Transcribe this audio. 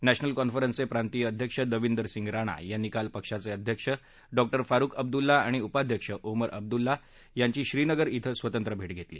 नधीनल कॉन्फरन्सचे प्रांतीय अध्यक्ष दविंदर सिंग राणा यांनी काल पक्षाचे अध्यक्ष डॉक्टर फारुख अब्दुल्ला आणि उपाध्यक्ष ओमर अब्दुल्ला यांच्या श्रीनगर िंग स्वतंत्र भेटी घेतल्या